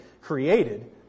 created